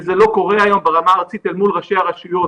,וזה לא קורה היום ברמה הארצית אל מול ראשי הרשויות.